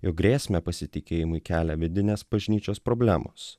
jog grėsmę pasitikėjimui kelia vidinės bažnyčios problemos